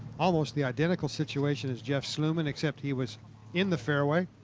almost. the identical situation is jeff's lumen. except he was in the fairway.